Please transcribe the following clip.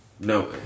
No